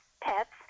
pets